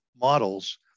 models